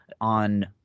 on